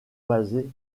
basée